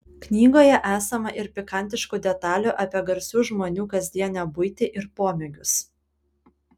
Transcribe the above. knygoje esama ir pikantiškų detalių apie garsių žmonių kasdienę buitį ir pomėgius